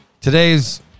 today's